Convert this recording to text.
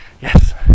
Yes